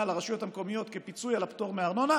לרשויות המקומיות כפיצוי על הפטור מארנונה,